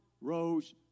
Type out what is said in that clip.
rose